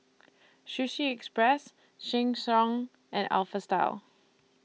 Sushi Express Sheng Siong and Alpha Style